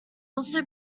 also